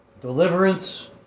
Deliverance